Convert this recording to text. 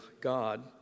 God